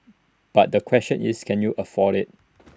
but the question is can you afford IT